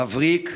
מבריק,